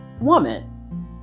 woman